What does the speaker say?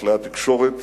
בכלי התקשורת